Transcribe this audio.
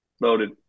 loaded